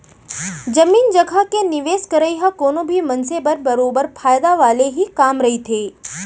जमीन जघा के निवेस करई ह कोनो भी मनसे बर बरोबर फायदा वाले ही काम रहिथे